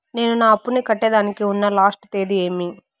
నేను నా అప్పుని కట్టేదానికి ఉన్న లాస్ట్ తేది ఏమి?